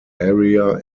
area